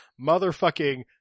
Motherfucking